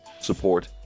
support